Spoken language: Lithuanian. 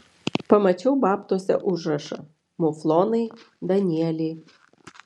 pamačiau babtuose užrašą muflonai danieliai